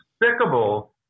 despicable